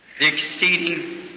exceeding